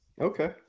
Okay